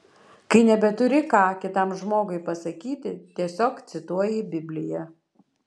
kai nebeturi ką kitam žmogui pasakyti tiesiog cituoji bibliją